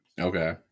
Okay